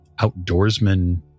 outdoorsman